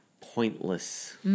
pointless